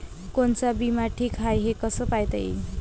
कोनचा बिमा ठीक हाय, हे कस पायता येईन?